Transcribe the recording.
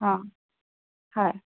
অ হয়